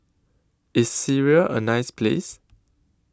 IS Syria A nice Place